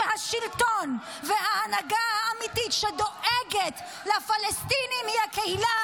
שהשלטון וההנהגה האמיתית שדואגת לפלסטינים היא הקהילה